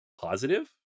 positive